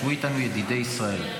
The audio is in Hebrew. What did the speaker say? ישבו איתנו ידידי ישראל,